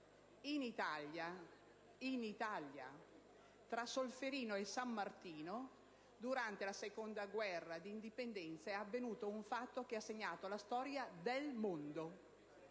In Italia, tra Solferino e San Martino, durante la Seconda guerra di Indipendenza è avvenuto un fatto che ha segnato la storia del mondo.